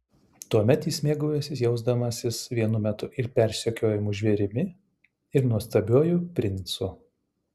tuomet jis mėgaujasi jausdamasis vienu metu ir persekiojamu žvėrimi ir nuostabiuoju princu